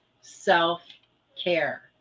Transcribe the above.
self-care